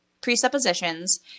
presuppositions